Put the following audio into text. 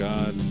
God